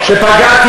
לא אמרתי שום דבר,